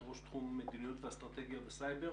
את ראש תחום מדיניות ואסטרטגית סייבר.